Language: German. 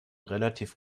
relativ